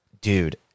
dude